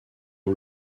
ont